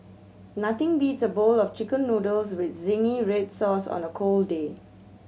nothing beats a bowl of Chicken Noodles with zingy red sauce on a cold day